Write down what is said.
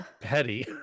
Petty